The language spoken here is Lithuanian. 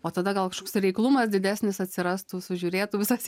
o tada gal kažkoks reiklumas didesnis atsirastų sužiūrėtų visas